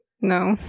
No